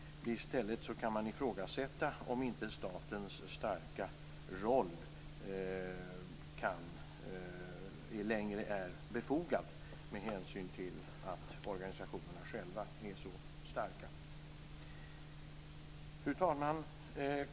I stället kan man ifrågasätta om statens starka roll längre är befogad med hänsyn till att organisationerna själva är så starka. Fru talman!